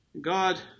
God